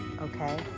okay